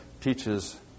teaches